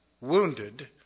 wounded